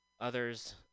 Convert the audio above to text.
others